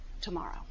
tomorrow